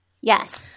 Yes